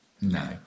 No